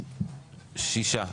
שישה.